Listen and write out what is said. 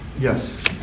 yes